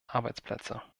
arbeitsplätze